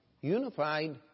unified